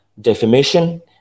defamation